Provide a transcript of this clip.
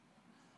היוקר,